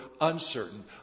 uncertain